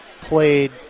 played